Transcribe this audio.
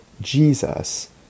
Jesus